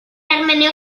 armenio